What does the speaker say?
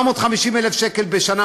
750,000 שקל בשנה,